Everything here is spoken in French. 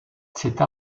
cette